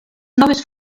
noves